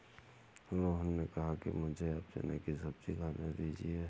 रोहन ने कहा कि मुझें आप चने की सब्जी खाने दीजिए